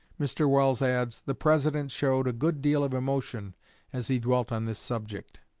mr. welles adds the president showed a good deal of emotion as he dwelt on this subject.